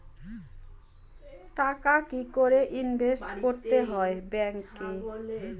টাকা কি করে ইনভেস্ট করতে হয় ব্যাংক এ?